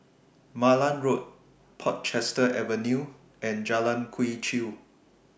Malan Road Portchester Avenue and Jalan Quee Chew